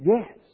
Yes